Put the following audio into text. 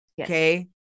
Okay